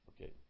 Okay